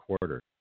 quarter